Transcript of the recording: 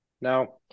Now